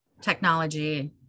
technology